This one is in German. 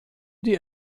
die